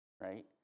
right